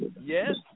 Yes